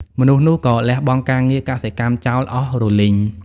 មនុស្សនោះក៏លះបង់ការងារកសិកម្មចោលអស់រលីង ។